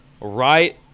right